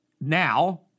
Now